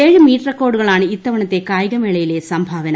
ഏഴ് മീറ്റ് റെക്കോർഡുകളാണ് ഇത്തവണത്തെ കായിക മേളയിലെ സംഭാവന